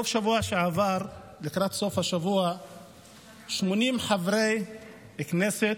לקראת סוף השבוע שעבר 80 חברי כנסת,